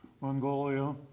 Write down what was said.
Mongolia